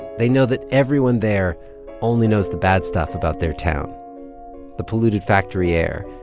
they know that everyone there only knows the bad stuff about their town the polluted factory air,